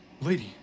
Lady